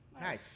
Nice